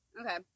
okay